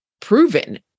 proven